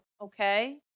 okay